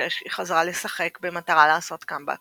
ב-1936 היא חזרה לשחק במטרה לעשות קאמבק